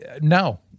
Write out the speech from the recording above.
No